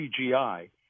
CGI